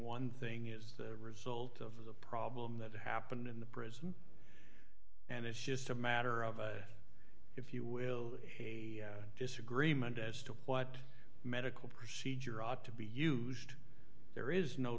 one thing is the result of the problem that happened in the prison and it's just a matter of if you will a disagreement as to what medical procedure ought to be used there is no